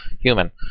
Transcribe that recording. human